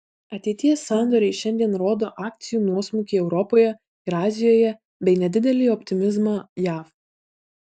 ateities sandoriai šiandien rodo akcijų nuosmukį europoje ir azijoje bei nedidelį optimizmą jav